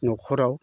नखराव